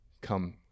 come